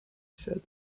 said